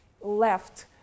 left